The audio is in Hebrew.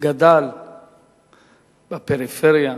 שגדל בפריפריה,